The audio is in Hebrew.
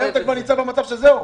אם אתה כבר נמצא במצב שזהו,